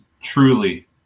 truly